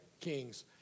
Kings